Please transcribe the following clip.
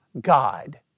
God